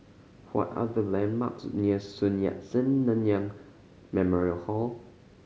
what are the landmarks near Sun Yat Sen Nanyang Memorial Hall